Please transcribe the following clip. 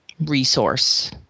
resource